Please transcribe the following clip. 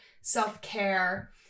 self-care